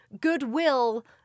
goodwill